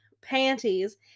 panties